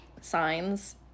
signs